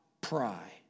pry